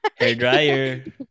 Hairdryer